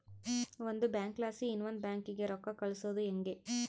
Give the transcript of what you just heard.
ಒಂದು ಬ್ಯಾಂಕ್ಲಾಸಿ ಇನವಂದ್ ಬ್ಯಾಂಕಿಗೆ ರೊಕ್ಕ ಕಳ್ಸೋದು ಯಂಗೆ